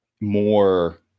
more